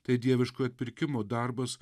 tai dieviško atpirkimo darbas